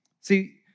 See